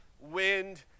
wind